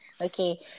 Okay